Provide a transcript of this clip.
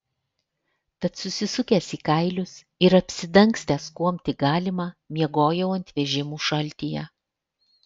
tad susisukęs į kailius ir apsidangstęs kuom tik galima miegojau ant vežimų šaltyje